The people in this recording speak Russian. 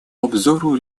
обзору